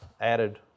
added